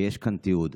ויש כאן תיעוד.